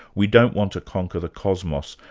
we don't want to conquer the cosmos,